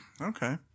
Okay